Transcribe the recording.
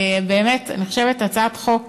ובאמת, אני חושבת שזו הצעת חוק